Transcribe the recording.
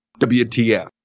WTF